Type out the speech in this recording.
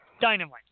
dynamite